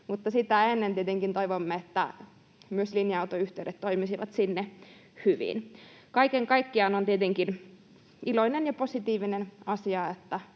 ennen tietenkin toivomme, että myös linja-autoyhteydet toimisivat sinne hyvin. Kaiken kaikkiaan on tietenkin iloinen ja positiivinen asia,